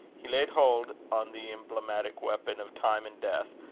he laid hold on the emblematic weapon of time and death,